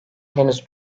henüz